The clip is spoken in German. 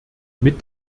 mit